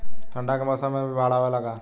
ठंडा के मौसम में भी बाढ़ आवेला का?